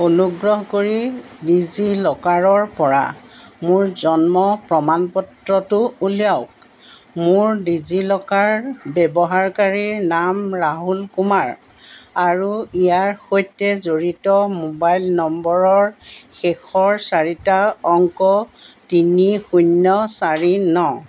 অনুগ্ৰহ কৰি ডিজিলকাৰৰপৰা মোৰ জন্ম প্ৰমাণপত্ৰটো উলিয়াওক মোৰ ডিজিলকাৰ ব্যৱহাৰকাৰীৰ নাম ৰাহুল কুমাৰ আৰু ইয়াৰ সৈতে জড়িত মোবাইল নম্বৰৰ শেষৰ চাৰিটা অংক তিনি শূন্য চাৰি ন